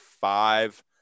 Five